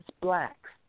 blacks